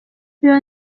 iyo